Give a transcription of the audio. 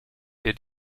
der